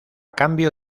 cambio